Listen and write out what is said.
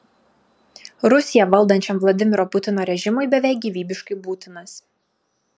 rusiją valdančiam vladimiro putino režimui beveik gyvybiškai būtinas